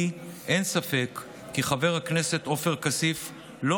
לי אין ספק כי חבר הכנסת עופר כסיף לא